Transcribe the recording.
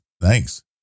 thanks